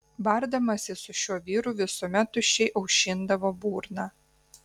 bardamasi su šiuo vyru visuomet tuščiai aušindavo burną